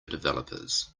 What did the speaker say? developers